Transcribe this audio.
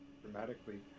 Dramatically